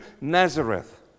Nazareth